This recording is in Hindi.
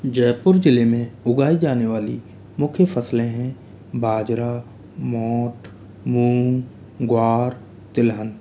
जयपुर जिले में उगाई जाने वाली मुख्य फसलें हैं बाजरा मोठ मूँग ज्वार तिलहन